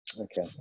Okay